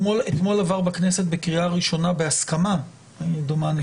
אתמול עבר בכנסת בקריאה ראשונה בהסכמה כמדומני,